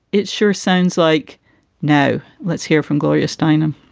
it sure sounds like no. let's hear from gloria steinem.